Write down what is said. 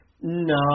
No